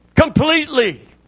completely